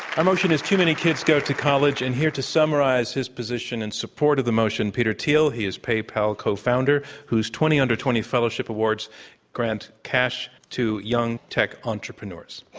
our motion is too many kids go to college, and here to summarize his position in support of the motion, peter thiel. he is paypal cofounder who's twenty under twenty fellowship awards grant cash to young tech entrepreneurs.